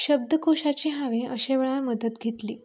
शब्दकोशाची हांवेन अशें वेळार मदत घेतली